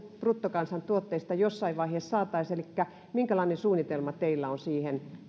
bruttokansantuotteesta jossain vaiheessa saataisiin siihen elikkä minkälainen suunnitelma teillä on siihen